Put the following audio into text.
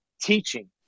teaching